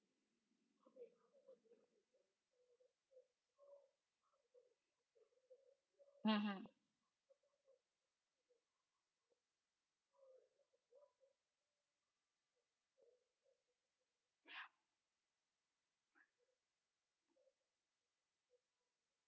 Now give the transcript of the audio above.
mmhmm